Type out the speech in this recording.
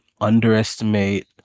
underestimate